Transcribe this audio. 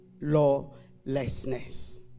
lawlessness